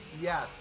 yes